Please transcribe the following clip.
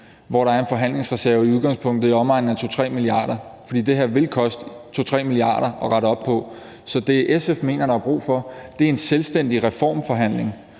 hvor der er en forhandlingsreserve på i udgangspunktet i omegnen af 2-3 mia. kr. For det her vil koste 2-3 mia. kr. at rette op på. Så det, SF mener der er brug for, er en selvstændig reformforhandling,